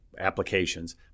applications